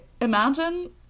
imagine